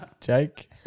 Jake